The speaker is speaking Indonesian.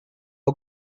pak